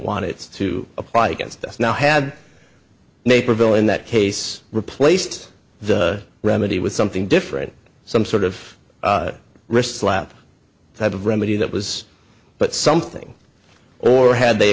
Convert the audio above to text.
want it to apply gets to us now had naperville in that case replaced the remedy with something different some sort of wrist slap type of remedy that was but something or had they